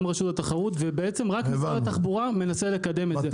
גם רשות התחרות ובעצם רק משרד התחבורה מנסה לקדם את זה,